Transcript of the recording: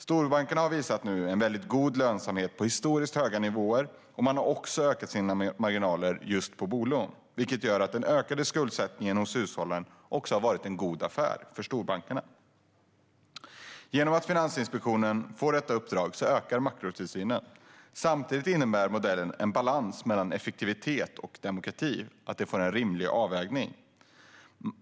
Storbankerna har nu visat en väldigt god lönsamhet på historiskt höga nivåer, och man har också ökat sina marginaler just på bolån, vilket gör att den ökade skuldsättningen hos hushållen har varit en god affär för storbankerna. Genom att Finansinspektionen får detta uppdrag ökar makrotillsynen. Samtidigt innebär modellen en rimlig balans mellan effektivitet och demokrati.